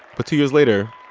but two years later,